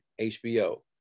HBO